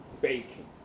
baking